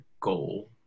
goal